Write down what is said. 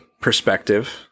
perspective